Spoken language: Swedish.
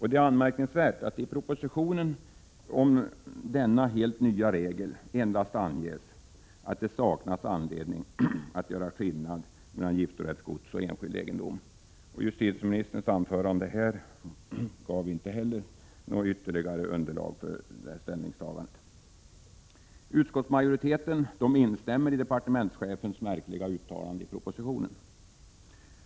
När det gäller denna helt nya regel är det anmärkningsvärt att det i propositionen endast anges att det saknas anledning att göra skillnad mellan giftorättsgods och enskild egendom — inte heller justitieministern redovisade i sitt anförande något ytterligare underlag för detta ställningstagande. Utskottsmajoriteten instämmer i departementschefens märkliga uttalande i propositionen.